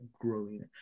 growing